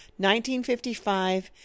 1955